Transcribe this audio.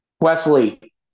Wesley